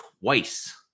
twice